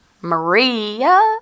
Maria